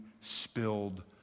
spilled